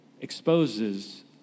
exposes